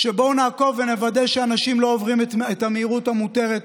בואו נעקוב ונוודא שאנשים לא עוברים את המהירות המותרת,